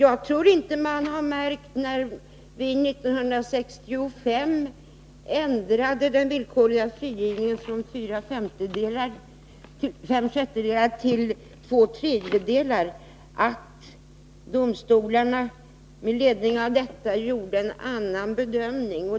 Herr talman! När vi 1965 ändrade den villkorliga frigivningen från fem sjättedelar till två tredjedelar tror jag inte att man märkte att domstolarna med ledning av detta gjorde en annan bedömning.